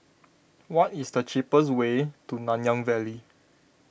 what is the cheaper way to Nanyang Valley